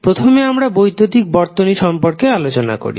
প্রথমে আমরা বৈদ্যুতিক বর্তনী সম্পর্কে আলোচনা করি